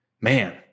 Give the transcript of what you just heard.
Man